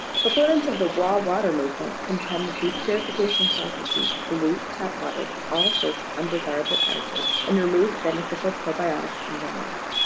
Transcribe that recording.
proponents of the raw water movement contend that these purification processes pollute tap water with all sorts of undesirable additives, and remove beneficial probiotics and minerals.